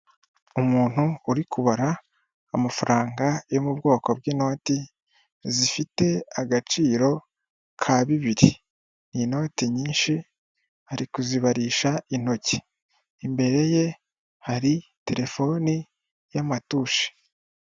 Umuntu uri kubara amafaranga yo mu bwoko bw'inoti, zifite agaciro ka bibiri, ni inoti nyinshi ari kuzibarisha intoki, imbere ye hari telefoni y'amatushi.